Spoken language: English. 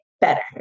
better